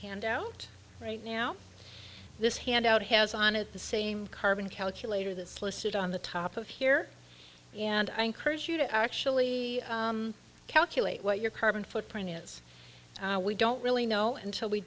handout right now this handout has on it the same carbon calculator that's listed on the top of here and i encourage you to actually calculate what your carbon footprint is we don't really know until we